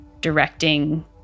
directing